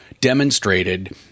demonstrated